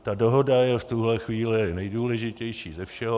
Ta dohoda je v tuhle chvíli nejdůležitější ze všeho.